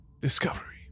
discovery